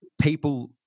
people